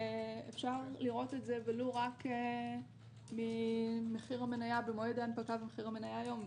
ואפשר לראות את זה ולו רק ממחיר המניה במועד ההנפקה ומחיר המניה היום.